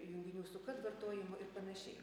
junginių su kad vartojimu ir panašiai